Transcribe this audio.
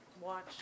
watch